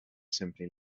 simply